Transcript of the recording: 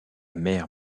mère